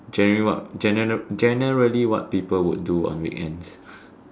generally what gene~ generally what people would do on weekends